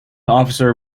officer